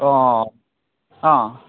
অঁ অঁ